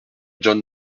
john